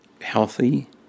healthy